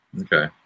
Okay